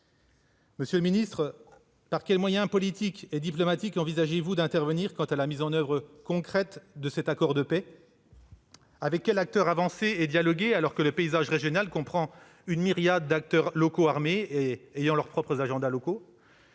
Monsieur le ministre, par quels moyens politiques et diplomatiques envisagez-vous d'intervenir pour assurer la mise en oeuvre concrète de cet accord de paix ? Avec quels acteurs comptez-vous avancer et dialoguer, alors que le paysage régional comprend une myriade de protagonistes locaux armés ayant leurs propres agendas locaux ?